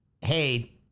hey